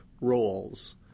roles